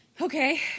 okay